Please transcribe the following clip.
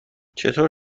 چطور